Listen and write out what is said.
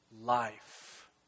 life